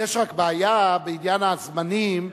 יש רק בעיה בעניין הזמנים,